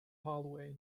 hallway